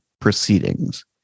proceedings